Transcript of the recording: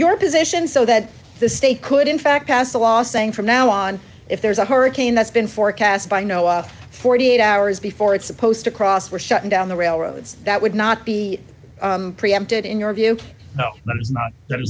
your position so that the state could in fact pass a law saying from now on if there's a hurricane that's been forecast by noah forty eight hours before it's supposed to cross we're shutting down the railroads that would not be preempted in your view